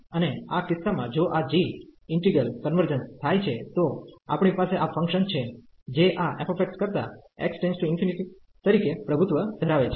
અને આ કિસ્સામાં જો આ g ઈન્ટિગ્રલ કન્વર્જન્સ થાય છે તો આપણી પાસે આ ફંકશન છે જે આ f કરતા x →∞ તરીકે પ્રભુત્વ ધરાવે છે